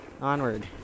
onward